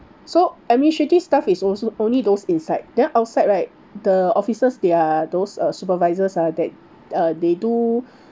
so administrative staff is also only those inside then outside right the officers they are those uh supervisors ah that uh they do